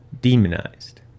demonized